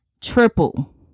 triple